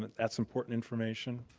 that's important information.